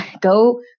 go